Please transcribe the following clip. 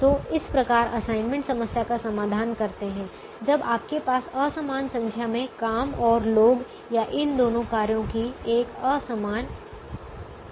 तो इस प्रकार असाइनमेंट समस्या का समाधान करते हैं जब आपके पास असमान संख्या में काम और लोग या इन दोनों कार्यों की एक असमान संख्या होती है